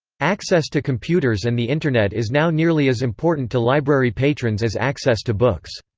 access to computers and the internet is now nearly as important to library patrons as access to books.